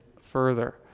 further